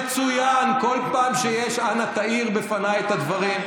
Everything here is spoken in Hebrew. מצוין, בכל פעם שיש, אנא תאיר בפניי את הדברים.